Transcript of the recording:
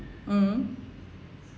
mm